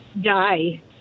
die